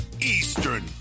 Eastern